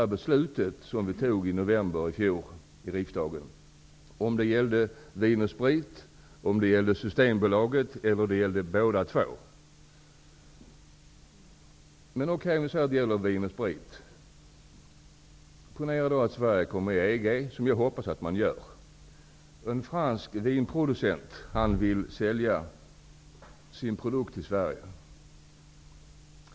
Gällde det Vin & Sprit, gällde det Systembolaget eller gällde det båda två? Men vi kan anta att det gällde Vin & Sprit och ponerar att Sverige går med i EG, vilket jag hoppas. Jag skall då exemplifiera detta. En fransk vinproducent vill sälja sin produkt till Sverige.